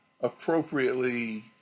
appropriately